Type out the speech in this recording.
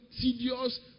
tedious